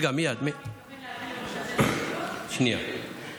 אתה יודע בכמה משרד הרווחה מתכוון לסייע למרכזי הסיוע?